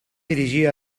dirigir